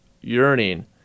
yearning